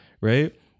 right